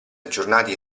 aggiornati